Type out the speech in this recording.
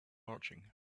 marching